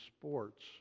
sports